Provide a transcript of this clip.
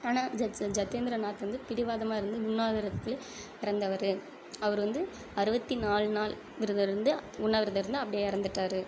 ஆனால் ஜத் சத் ஜதேந்திரநாத் வந்து பிடிவாதமாக இருந்து உண்ணாவிரதத்திலயே இறந்தவரு அவர் வந்து அறுபத்தி நாலு நாள் விரதமிருந்து உண்ணாவிரதமிருந்து அப்படியே இறந்துட்டாரு